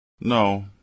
No